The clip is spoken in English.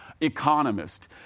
economist